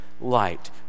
light